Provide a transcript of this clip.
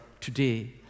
today